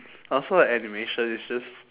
I also like animation it's just